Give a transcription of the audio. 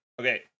Okay